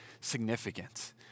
significant